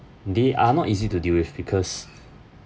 they are not easy to deal with because